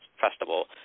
festival